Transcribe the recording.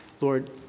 Lord